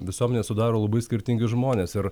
visuomenę sudaro labai skirtingi žmonės ir